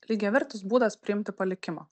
lygiavertis būdas priimti palikimą